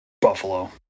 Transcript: Buffalo